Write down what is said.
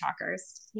talkers